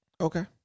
Okay